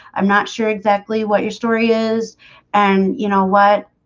i'm not sure exactly what your story is and you know what?